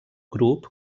grup